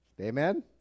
Amen